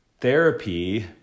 Therapy